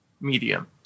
medium